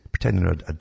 pretending